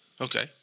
Okay